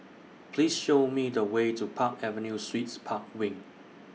Please Show Me The Way to Park Avenue Suites Park Wing